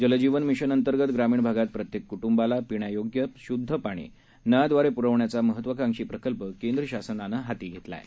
जल जीवन मिशन अंतर्गत ग्रामीण भागात प्रत्येक क्टूंबाला पिण्यायोग्य शुध्द पाणी नळादवारे प्रवण्याचा महत्वाकांक्षी प्रकल्प केंद्र शासनानं हाती घेतला आहे